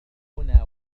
هنا